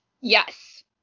Yes